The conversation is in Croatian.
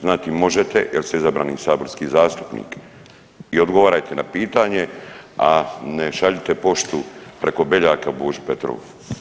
Znati možete jer ste izabrani u saborski zastupnik i odgovarajte na pitanje, a ne šaljite poštu preko Beljaka Boži Petrovu.